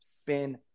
spin